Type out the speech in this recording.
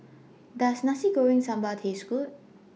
Does Nasi Goreng Sambal Taste Good